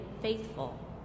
faithful